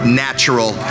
natural